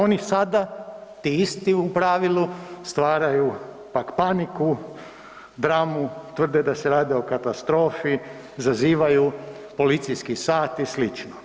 Oni sada, ti isti u pravilu stvaraju pak paniku, dramu, tvrde da se radi o katastrofi, zazivaju policijski sat i slično.